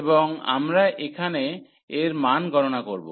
এবং আমরা এখানে এর মান গণনা করব